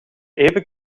even